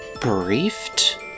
briefed